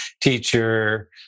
teacher